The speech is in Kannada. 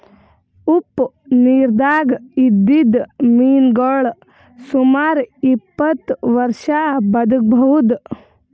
ಉಪ್ಪ್ ನಿರ್ದಾಗ್ ಇದ್ದಿದ್ದ್ ಮೀನಾಗೋಳ್ ಸುಮಾರ್ ಇಪ್ಪತ್ತ್ ವರ್ಷಾ ಬದ್ಕಬಹುದ್